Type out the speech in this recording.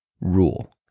rule